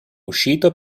uscito